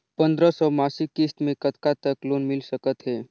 पंद्रह सौ मासिक किस्त मे कतका तक लोन मिल सकत हे?